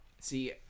See